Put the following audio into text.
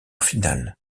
finale